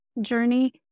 journey